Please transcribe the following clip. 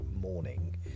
morning